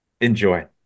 Enjoy